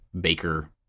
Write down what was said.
Baker